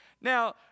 Now